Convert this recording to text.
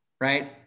right